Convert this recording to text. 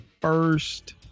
first